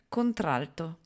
Contralto